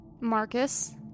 Marcus